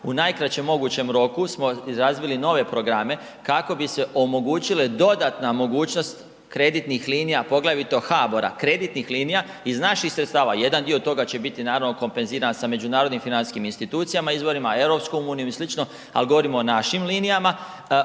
U najkraćem mogućem roku smo i razvili nove programe kako bi se omogućile dodatna mogućnost kreditnih linija, poglavito HBOR-a, kreditnih linija iz naših sredstava. Jedan dio toga će biti naravno kompenziran sa međunarodnim financijskim institucijama, izvorima, EU-om i slično, al govorimo o našim linijama